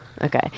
Okay